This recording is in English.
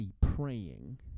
praying